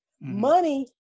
Money